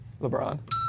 LeBron